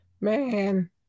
Man